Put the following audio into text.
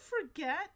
forget